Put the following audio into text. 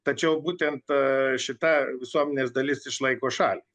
tačiau būtent šita visuomenės dalis išlaiko šalį